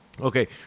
Okay